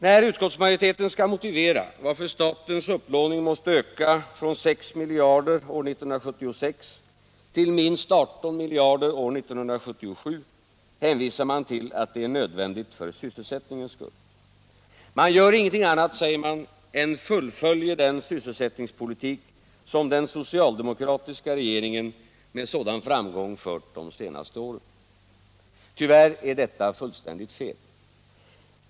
När utskottsmajoriteten skall motivera varför statens upplåning måste öka från 6 miljarder år 1976 till 18 miljarder år 1977, hänvisar man till att det är nödvändigt för sysselsättningens skull. Man gör ingenting annat, säger man, än fullföljer den sysselsättningspolitik som den socialdemokratiska regeringen med sådan framgång fört de senaste åren. Tyvärr är detta fullständigt fel.